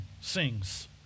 sings